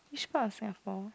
which part of Singapore